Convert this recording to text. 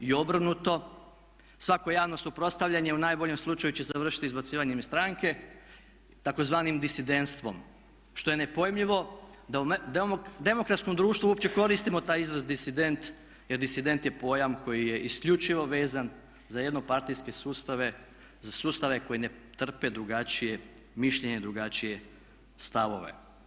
I obrnuto, svako javno suprotstavljanje u najboljem slučaju će završiti izbacivanjem iz stranke, tzv. disidentstvom što je nepojmljivo da u demokratskom društvu uopće koristimo taj izraz disident jer disident je pojam koji je isključivo vezan za jednopartijske sustave, za sustave koji ne trpe drugačije mišljenje, drugačije stavove.